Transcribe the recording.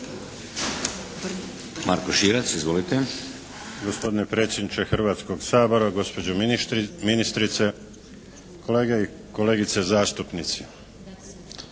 Marko (HDZ)** Gospodine predsjedniče Hrvatskog sabora, gospođo ministrice, kolege i kolegice zastupnici.